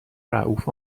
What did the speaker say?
رئوف